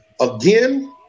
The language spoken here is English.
Again